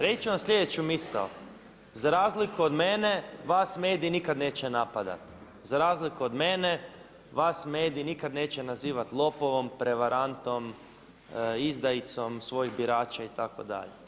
Reći ću vam sljedeću misao, za razliku od mene vas mediji nikada neće napadati, za razliku od mene vas nikada mediji neće nazivati lopovom, prevarantom, izdajicom svojih birača itd.